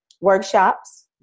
workshops